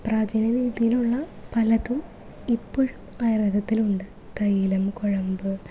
പ്രാചീന രീതിയിലുള്ള പലതും ഇപ്പഴും ആയുർവേദത്തിലുണ്ട് തൈലം കുഴമ്പ്